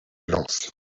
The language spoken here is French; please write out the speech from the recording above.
lance